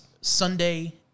Sunday